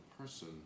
person